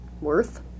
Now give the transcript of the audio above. worth